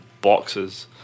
boxes